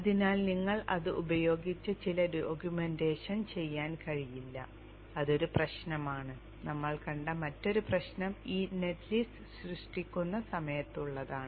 അതിനാൽ നിങ്ങൾക്ക് അത് ഉപയോഗിച്ച് ചില ഡോക്യുമെന്റേഷൻ ചെയ്യാൻ കഴിയില്ല അതൊരു പ്രശ്നമാണ് നമ്മൾ കണ്ട മറ്റൊരു പ്രശ്നം ഈ നെറ്റ് ലിസ്റ്റ് സൃഷ്ടിക്കുന്ന സമയത്തുള്ളതാണ്